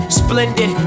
splendid